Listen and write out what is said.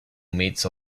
meets